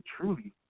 truly